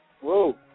Whoa